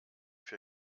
für